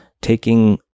taking